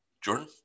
Jordan